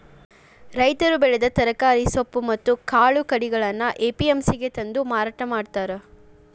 ರೈತರು ಬೆಳೆದ ತರಕಾರಿ, ಸೊಪ್ಪು ಮತ್ತ್ ಕಾಳು ಕಡಿಗಳನ್ನ ಎ.ಪಿ.ಎಂ.ಸಿ ಗೆ ತಂದು ಮಾರಾಟ ಮಾಡ್ತಾರ